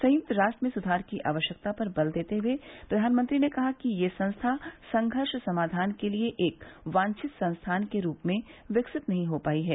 संयुक्त राष्ट्र में सुधार की आवश्यकता पर बल देते हुए प्रधानमंत्री ने कहा कि ये संस्था संघर्ष समाधान के लिए एक वांछित संस्थान के रूप में विकसित नहीं हो पाई है